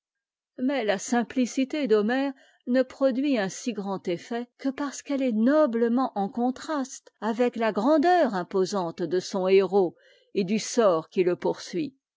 mais la simplicité d'homère ne produit un si grand effet que parce qu'elle est noblement en contraste avec la grandeur imposante de son héros et du sort qui le poursuit